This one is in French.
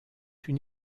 une